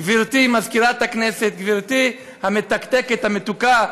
גברתי מזכירת הכנסת, גברתי המתקתקת המתוקה,